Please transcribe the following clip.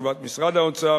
תשובת משרד האוצר,